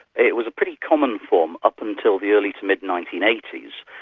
it was a pretty common form up until the early mid nineteen eighty s,